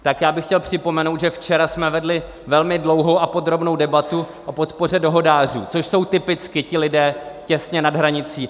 Tak bych chtěl připomenout, že včera jsme vedli velmi dlouhou a podrobnou debatu o podpoře dohodářů, což jsou typicky ti lidé těsně nad hranicí.